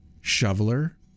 shoveler